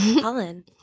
Colin